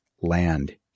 land